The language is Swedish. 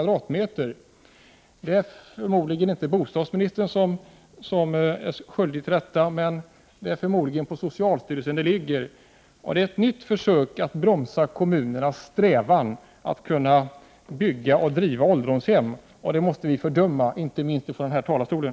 Förmodligen är det inte bostadsministern som är skyldig till detta, utan antagligen ligger ansvaret på socialstyrelsen. Kanske var detta ett nytt försök att bromsa kommunerna i deras strävan att bygga och driva ålderdomshem. Sådant måste fördömas, inte minst från den här talarstolen.